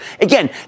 Again